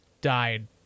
died